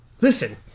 Listen